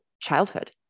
childhood